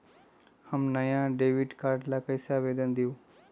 हम नया debit card ला कईसे आवेदन दिउ?